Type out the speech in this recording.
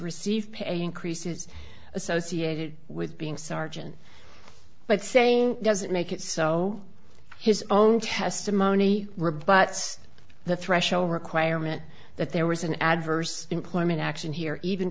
receive pay increases associated with being sergeant but saying doesn't make it so his own testimony rebuts the threshold requirement that there was an adverse employment action here even